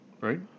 right